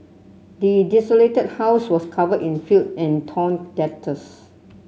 the desolated house was covered in filth and torn letters